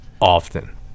often